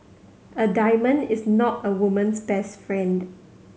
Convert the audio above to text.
a diamond is not a woman's best friend